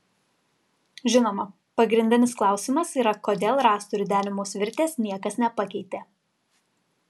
žinoma pagrindinis klausimas yra kodėl rąstų ridenimo svirties niekas nepakeitė